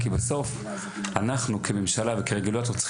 כי בסוף אנחנו כממשלה וכרגולטור צריכים